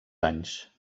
anys